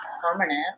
permanent